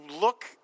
look